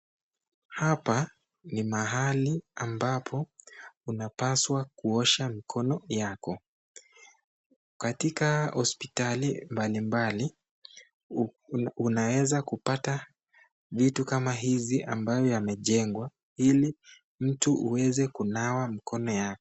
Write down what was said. Hapa ni mahali ambapo unapaswa kuosha mikono yako, katika hosiptali mbalimbali unaweza kupata vitu kama hizi ambayo yamejengwa ili mtu uweze kupata kunawa mikono yako.